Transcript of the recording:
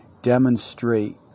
demonstrate